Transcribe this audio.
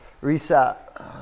Reset